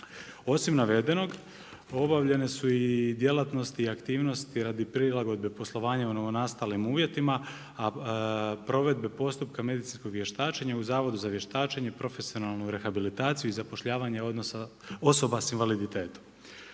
Osim navedenog, obavljene su i djelatnosti i aktivnosti radi prilagodbe poslovanja u novonastalim uvjetima, a provedbe postupka medicinskog vještačenja u Zavodu za vještačenje profesionalnu rehabilitaciju i zapošljavanje osoba s invaliditetom.